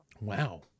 Wow